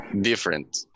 different